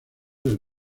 del